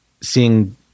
seeing